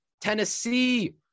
Tennessee